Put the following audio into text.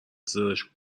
زرشک